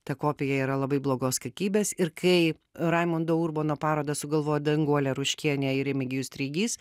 ta kopija yra labai blogos kakybės ir kai raimundo urbono parodą sugalvojo danguolė ruškienė ir remigijus treigys